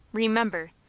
remember,